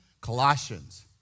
Colossians